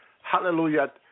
hallelujah